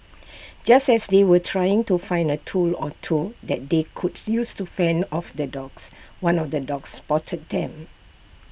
just as they were trying to find A tool or two that they could use to fend off the dogs one of the dogs spotted them